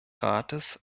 rates